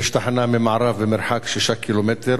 ממערב במרחק 6 ק"מ,